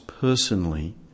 personally